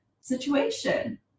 situation